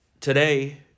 today